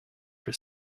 for